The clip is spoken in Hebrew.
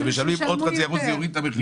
הם משלמים עוד חצי אחוז, זה יוריד את המחיר.